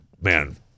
man